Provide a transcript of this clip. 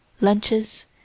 lunches